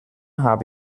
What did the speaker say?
habe